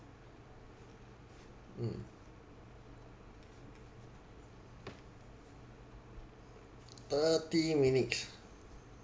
mm thirty minutes